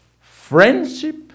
friendship